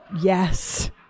Yes